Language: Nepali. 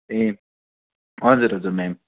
ए हजुर हजुर म्याम